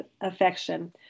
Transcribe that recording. affection